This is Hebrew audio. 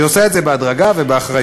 והיא עושה את זה בהדרגה ובאחריות.